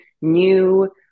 new